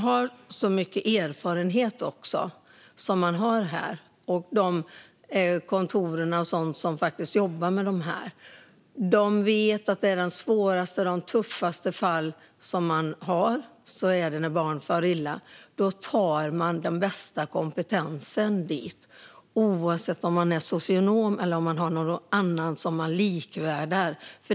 Personalen som jobbar med detta på socialkontoren har mycket erfarenhet. De tuffaste fallen de har är barn som far illa, och där använder man den bästa kompetensen, oavsett om det är en socionom eller någon annan som är likvärdig.